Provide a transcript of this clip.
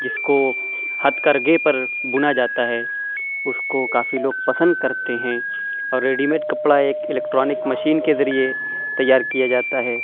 جس کو ہتھ کرگے پر بُنا جاتا ہے اُس کو کافی لوگ پسند کرتے ہیں اور ریڈی میڈ کپڑا ایک الیکٹرانک مشین کے ذریعے تیار کیا جاتا ہے